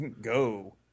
Go